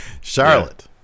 Charlotte